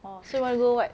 oh so you want to go what